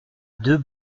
deux